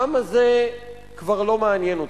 העם הזה כבר לא מעניין אותם.